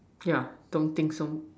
yeah don't think so